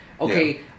okay